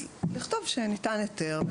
אז לכתוב שניתן היתר.